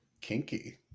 Kinky